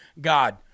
god